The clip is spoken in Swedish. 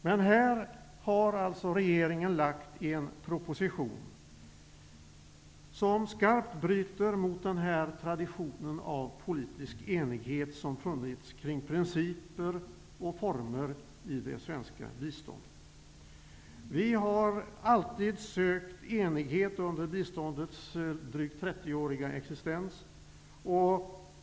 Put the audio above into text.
Men här har regeringen lagt fram en proposition som skarpt bryter mot den tradition av politisk enighet som funnits kring principer och former i det svenska biståndet. Vi har alltid sökt enighet under biståndets drygt trettioåriga existens.